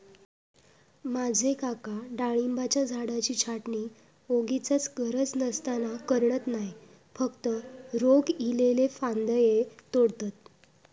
माझे काका डाळिंबाच्या झाडाची छाटणी वोगीचच गरज नसताना करणत नाय, फक्त रोग इल्लले फांदये तोडतत